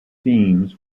themes